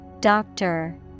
Doctor